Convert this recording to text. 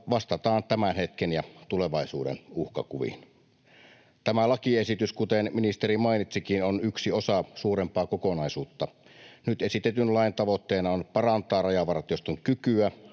vastataan tämän hetken ja tulevaisuuden uhkakuviin. Tämä lakiesitys, kuten ministeri mainitsikin, on yksi osa suurempaa kokonaisuutta. Nyt esitetyn lain tavoitteena on parantaa Rajavartioston kykyä